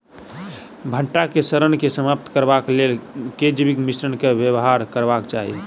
भंटा केँ सड़न केँ समाप्त करबाक लेल केँ जैविक मिश्रण केँ व्यवहार करबाक चाहि?